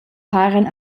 paran